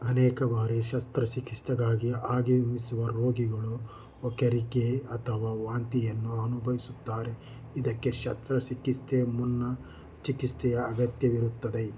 ಅನೇಕ ಬಾರಿ ಶಸ್ತ್ರಚಿಕಿತ್ಸೆಗಾಗಿ ಆಗಮಿಸುವ ರೋಗಿಗಳು ವ್ಯಾಕರಿಕೆ ಅಥವಾ ವಾಂತಿಯನ್ನು ಅನುಭವಿಸುತ್ತಾರೆ ಇದಕ್ಕೆ ಶಸ್ತ್ರಚಿಕಿತ್ಸೆ ಮುನ್ನ ಚಿಕಿತ್ಸೆಯ ಅಗತ್ಯವಿರುತ್ತದೆ